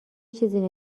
چیزی